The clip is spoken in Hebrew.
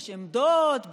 יש עמדות,